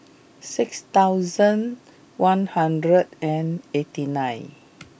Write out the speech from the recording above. six thousand one hundred and eighty nine